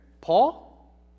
Paul